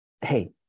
hey